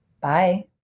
Bye